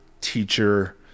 teacher